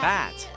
Bat